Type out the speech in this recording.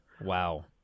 Wow